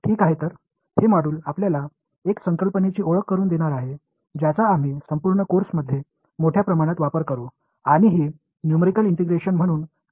ठीक आहे तर हे मॉड्यूल आपल्याला एका संकल्पनेची ओळख करुन देणार आहे ज्याचा आम्ही संपूर्ण कोर्समध्ये मोठ्या प्रमाणात वापर करू आणि ही न्यूमेरिकल इंटिग्रेशन म्हणून काम करीत आहे